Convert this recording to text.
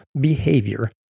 behavior